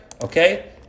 Okay